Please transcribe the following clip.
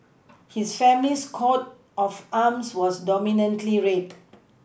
his family's coat of arms was dominantly red